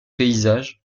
paysages